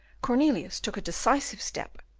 cornelius took a decisive step,